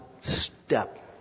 step